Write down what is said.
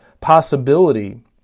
possibility